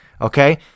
Okay